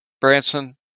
Branson